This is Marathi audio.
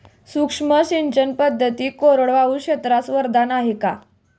सूक्ष्म सिंचन पद्धती कोरडवाहू क्षेत्रास वरदान आहे का?